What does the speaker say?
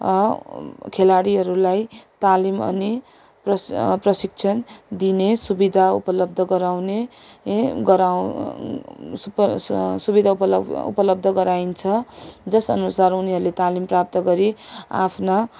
खेलाडीहरूलाई तालिम अनि प्र प्रशिक्षण दिने सुविधा उपलब्ध गराउने गराउ सुप सुविधा उपलब उपलब्ध गराइन्छ जसअनुसार उनीहरूले तालिम प्राप्त गरी आफ्ना